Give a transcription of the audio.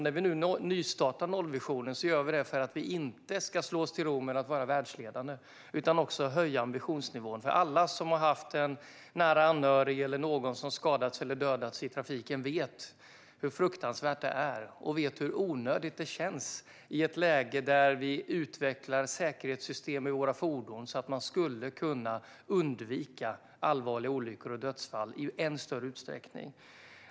När vi nu nystartar nollvisionen gör vi det för att vi inte slå oss till ro med att vara världsledande utan höja ambitionsnivån. Alla som har haft en nära anhörig eller någon annan som skadats eller dödats i trafiken vet hur fruktansvärt det är. De vet hur onödigt det känns i ett läge där vi utvecklar säkerhetssystem i våra fordon så att man skulle kunna undvika allvarliga olyckor och dödsfall i än större utsträckning.